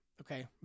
Okay